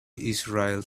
israel